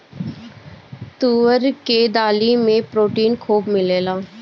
तुअर के दाली में प्रोटीन खूब मिलेला